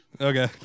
okay